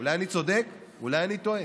אולי אני צודק, אולי אני טועה,